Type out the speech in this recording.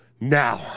Now